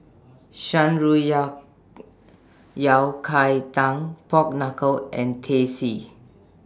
Shan Rui Yao Yao Cai Tang Pork Knuckle and Teh C